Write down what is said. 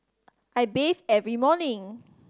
I bathe every morning